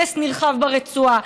הרס נרחב ברצועה,